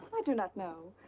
i do not know.